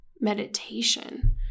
meditation